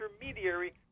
intermediary